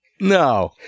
No